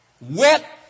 Wet